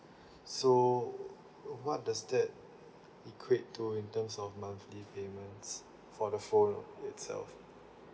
so what does that equate to in terms of monthly payments for the phone itself